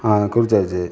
குறித்தாச்சி